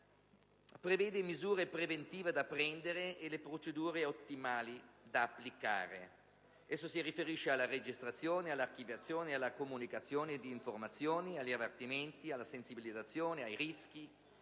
prevede misure preventive da prendere e le procedure ottimali da applicare.